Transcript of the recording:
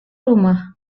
rumah